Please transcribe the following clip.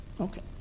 okay